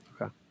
okay